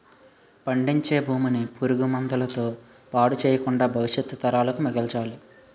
పండించే భూమిని పురుగు మందుల తో పాడు చెయ్యకుండా భవిష్యత్తు తరాలకు మిగల్చాలి